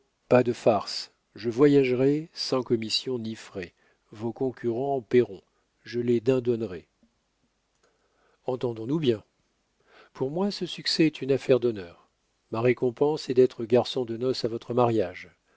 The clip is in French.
pas de farces je voyagerai sans commission ni frais vos concurrents paieront je les dindonnerai entendons-nous bien pour moi ce succès est une affaire d'honneur ma récompense est d'être garçon de noces à votre mariage